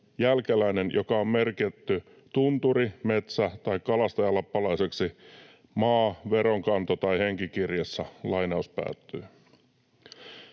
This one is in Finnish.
jälkeläinen, joka on merkitty tunturi-, metsä- tai kalastajalappalaiseksi maa-, veronkanto- tai henkikirjassa.” Arvoisa